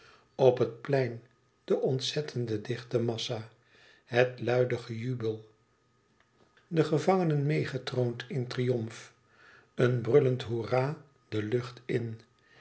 op het plein de ontzettende dichte massa het luide gejubel de gevangenen meêgetroond in triomf een brullend hoera de lucht in